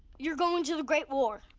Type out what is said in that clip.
you're going to the great war?